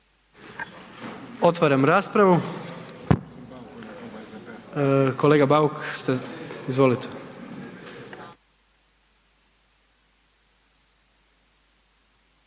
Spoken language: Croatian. Otvaram raspravu. Kolega Bauk izvolite.